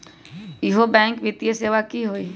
इहु बैंक वित्तीय सेवा की होई?